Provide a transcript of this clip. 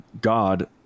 god